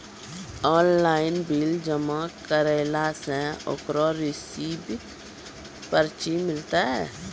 Online bill जमा करला से ओकरौ रिसीव पर्ची मिलतै?